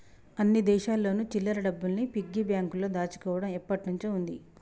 అన్ని దేశాల్లోను చిల్లర డబ్బుల్ని పిగ్గీ బ్యాంకులో దాచుకోవడం ఎప్పటినుంచో ఉంది